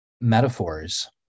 metaphors